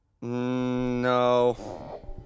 No